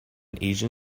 asian